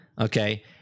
okay